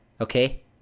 okay